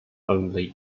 only